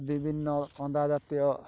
ବିଭିନ୍ନ କନ୍ଦା ଜାତୀୟ